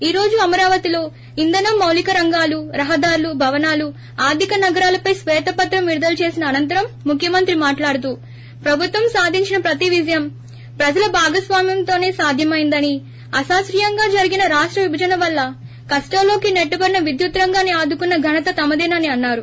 ఈ రోజు అమరావతిలో ఇంధనం మౌలీక రంగాల రహదారులు భవనాలు ఆర్థిక నగరాలపై శ్వీతపత్రం విడుదల చేసిన అనంతరం ముఖ్యమంత్రి మాట్లాడుతూ ప్రభుత్వం సాధించిన ప్రతి విజయం ప్రజల భాగస్వామ్యంతోనే సాధ్యమైందని అశాస్త్రీయంగా జరిగిన రాష్ట విభజన వల్ల కష్టాల్లోకి నెట్టబడిన విద్యుత్ రంగాన్ని ఆదుకున్న ఘనత తమదేనని అన్నారు